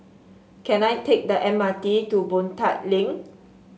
can I take the M R T to Boon Tat Link